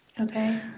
Okay